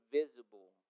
visible